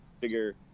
figure